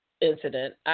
incident